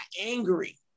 angry